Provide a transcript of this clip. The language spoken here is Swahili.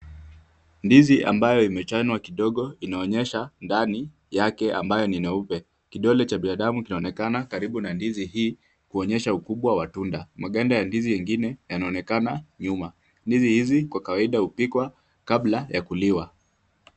Ndizi ambayo imechanwa kidogo inaonyesha ndani yake ambayo ni nyeupe. Kidole cha binadamu kinaonekana karibu na ndizi hii kuonyesha ukubwa wa tunda. Maganda ya ndizi ingine yaonekana nyuma .Ndizi hizi kwa kawaida hupikwa kabla ya kuliwa.